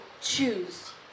choose